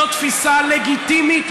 זו תפיסה לגיטימית,